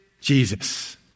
Jesus